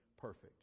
perfect